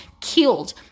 killed